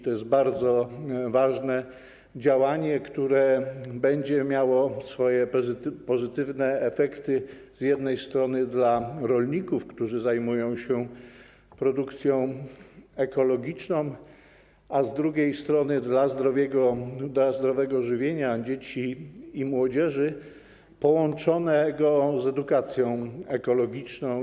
To jest bardzo ważne działanie, które przyniesie pozytywne efekty z jednej strony dla rolników, którzy zajmują się produkcją ekologiczną, a z drugiej strony dla zdrowego żywienia dzieci i młodzieży połączonego z edukacją ekologiczną.